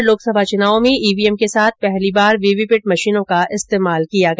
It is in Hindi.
इस बार लोकसभा चुनाव में भी ईवीएम के साथ पहली बार वीवीपेट मशीनों का इस्तेमाल किया गया